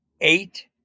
eight